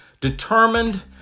determined